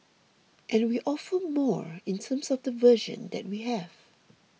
and we offer more in terms of the version that we have